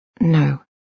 No